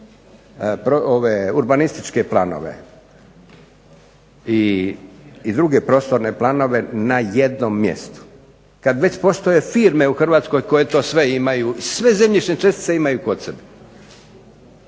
urbanističke planove i druge prostorne planove na jednom mjestu. Kad već postoje firme u Hrvatskoj koje to sve imaju, sve zemljišne čestice imaju kod sebe.